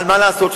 אבל מה לעשות,